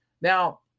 Now